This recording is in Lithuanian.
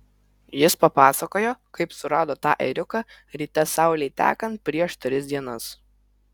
jis papasakojo kaip surado tą ėriuką ryte saulei tekant prieš tris dienas